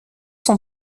son